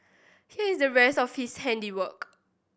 here is the rest of his handiwork